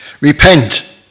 Repent